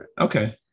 okay